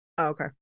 okay